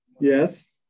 yes